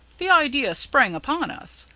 the idea sprang upon us,